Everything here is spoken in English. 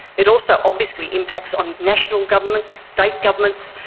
it also obviously impacts on national governments, state governments,